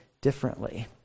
differently